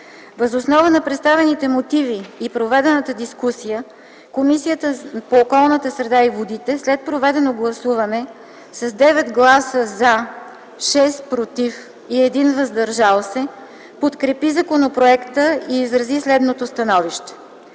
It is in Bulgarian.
Въз основа на представените мотиви и проведената дискусия Комисията по околната среда и водите след проведено гласуване с 9 гласа „за” 6 „против” и 1 „въздържал се” подкрепи законопроекта и изрази следното становище: